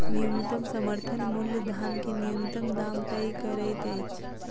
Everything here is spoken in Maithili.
न्यूनतम समर्थन मूल्य धान के न्यूनतम दाम तय करैत अछि